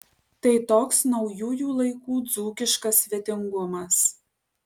tai toks naujųjų laikų dzūkiškas svetingumas